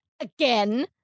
Again